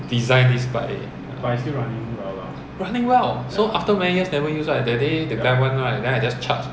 design this bike eh running well so after many years never use right that day the guy want right then I just charge